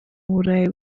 burayi